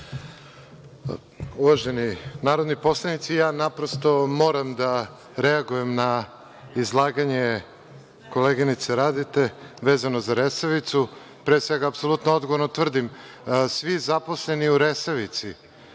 Uvaženi narodni poslanici, ja naprosto moram da reagujem na izlaganje koleginice Radete, vezano za „Resavicu“.Pre svega, apsolutno odgovorno tvrdim, svi zaposleni u „Resavici“